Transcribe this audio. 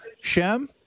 Shem